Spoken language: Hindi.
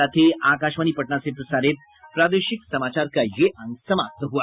इसके साथ ही आकाशवाणी पटना से प्रसारित प्रादेशिक समाचार का ये अंक समाप्त हुआ